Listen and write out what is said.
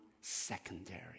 secondary